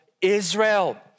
Israel